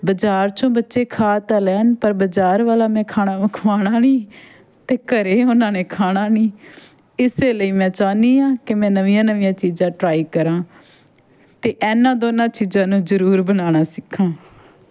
ਬਾਜ਼ਾਰ ਚੋਂ ਬੱਚੇ ਖਾ ਤਾਂ ਲੈਣ ਪਰ ਬਾਜ਼ਾਰ ਵਾਲਾ ਮੈਂ ਖਾਣਾ ਖਵਾਉਣਾ ਨਹੀਂ ਅਤੇ ਘਰੇ ਉਹਨਾਂ ਨੇ ਖਾਣਾ ਨਹੀਂ ਇਸੇ ਲਈ ਮੈਂ ਚਾਹੁੰਦੀ ਹਾਂ ਕਿ ਮੈਂ ਨਵੀਆਂ ਨਵੀਆਂ ਚੀਜ਼ਾਂ ਟਰਾਈ ਕਰਾਂ ਅਤੇ ਇਹਨਾਂ ਦੋਨਾਂ ਚੀਜ਼ਾਂ ਨੂੰ ਜ਼ਰੂਰ ਬਣਾਉਣਾ ਸਿੱਖਾਂ